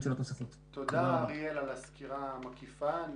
תודה על הסקירה המקיפה.